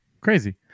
Crazy